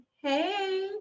hey